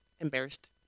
embarrassed